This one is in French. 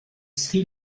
sri